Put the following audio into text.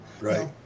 right